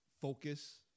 focus